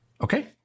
Okay